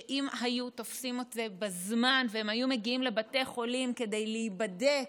שאם היו תופסים את זה בזמן והם היו מגיעים לבתי חולים כדי להיבדק